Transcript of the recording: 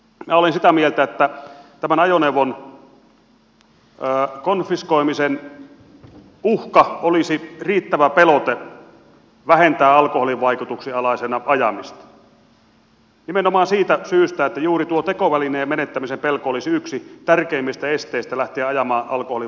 minä olen sitä mieltä että tämä ajoneuvon konfiskoimisen uhka olisi riittävä pelote vähentää alkoholin vaikutuksen alaisena ajamista nimenomaan siitä syystä että juuri tuo tekovälineen menettämisen pelko olisi yksi tärkeimmistä esteistä lähteä ajamaan alkoholin vaikutuksen alaisena